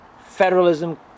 federalism